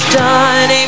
done